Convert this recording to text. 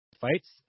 fights